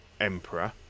emperor